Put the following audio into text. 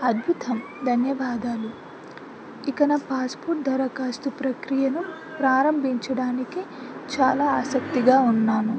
అద్భుతం ధన్యవాదాలు ఇక నా పాస్పోర్ట్ దరఖాస్తు ప్రక్రియను ప్రారంభించడానికి చాలా ఆసక్తిగా ఉన్నాను